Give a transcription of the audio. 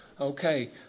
Okay